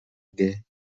guerre